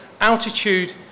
altitude